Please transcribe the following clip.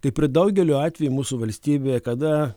kaip ir daugeliu atveju mūsų valstybėje kada